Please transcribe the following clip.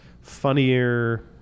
funnier